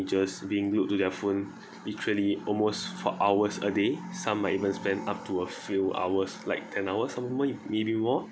teenagers being glued to their phone literally almost for hours a day some are even spend up to a few hours like ten hours or even more